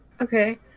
Okay